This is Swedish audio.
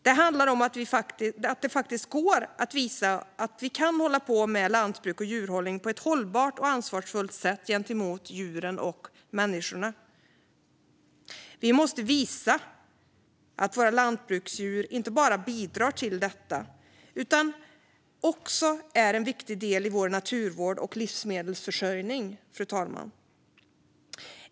Det handlar om att det faktiskt går att visa att vi kan hålla på med lantbruk och djurhållning på ett hållbart och ansvarsfullt sätt gentemot djuren och människorna. Vi måste visa att våra lantbruksdjur inte bara bidrar till detta utan också är en viktig del i vår naturvård och livsmedelsförsörjning.